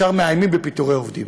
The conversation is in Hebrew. ישר מאיימים בפיטורי עובדים.